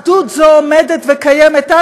אחדות זו עומדת וקיימת.